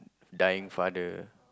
dying father